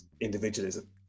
individualism